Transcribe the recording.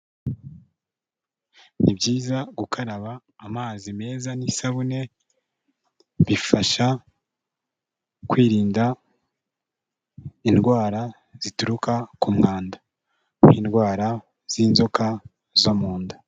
Ni byiza gukaraba amazi meza n'isabune, bifasha kwirinda indwara zituruka ku mwanda nk'indwara z'inzoka zo mu nda.